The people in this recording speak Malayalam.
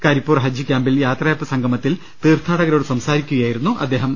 കരിപ്പൂർ ഹജ്ജ് ക്യാമ്പിൽ യാത്രയയപ്പ് സംഗമത്തിൽ തീർഥാടകരോട് സംസാരിക്കുകയാ യിരുന്നു അദ്ദേഹം